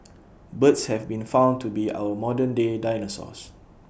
birds have been found to be our modern day dinosaurs